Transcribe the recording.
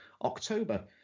October